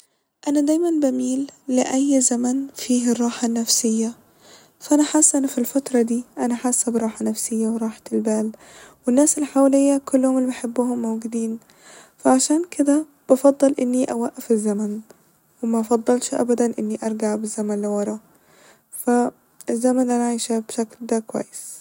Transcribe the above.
أنا دايما بميل لأي زمن فيه الراحة النفسية ف أنا حاسه انا ف الفترة دي ، أنا حاسه براحة نفسية وراحة البال والناس اللي حواليا كلهم اللي بحبهمموجودين فعشان كده بفضل اني اوقف الزمن ومفضلش ابدا اني ارجع بالزمن لورا ، ف الزمن اللي انا عايشاه بشكل ده كويس